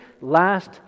last